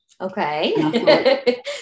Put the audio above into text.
Okay